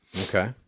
Okay